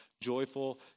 joyful